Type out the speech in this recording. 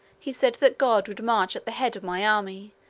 he said that god would march at the head of my army,